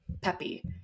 peppy